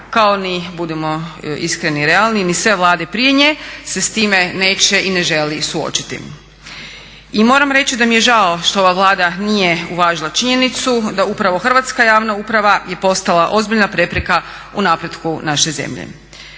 kao ni budimo iskreni i realni ni sve Vlade prije nje se s time neće i ne žele suočiti. I moram reći da mi je žao što ova Vlada nije uvažila činjenicu da upravo hrvatska javna uprava je postala ozbiljna prepreka u napretku naše zemlje.